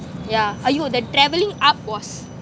yeah !aiyo! the travelling up was